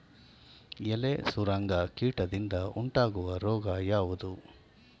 ಎಲೆ ಸುರಂಗ ಕೀಟದಿಂದ ಉಂಟಾಗುವ ರೋಗ ಯಾವುದು?